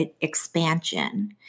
expansion